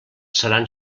seran